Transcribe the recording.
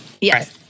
Yes